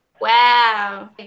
Wow